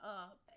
up